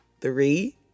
three